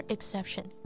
Exception